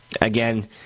Again